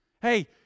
Hey